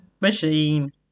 machine